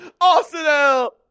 Arsenal